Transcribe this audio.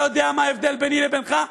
אתה יודע מה ההבדל ביני לבינך?